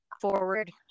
forward